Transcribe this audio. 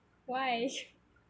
why